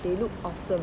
they look awesome